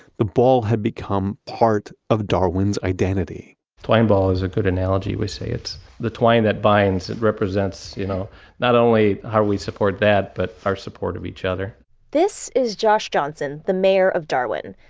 the ball had become part of darwin's identity the twine ball is a good analogy. we say it's the twine that binds that represents you know not only how we support that, but our support of each other this is josh johnson, the mayor of darwin.